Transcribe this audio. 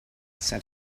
said